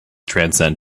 transcend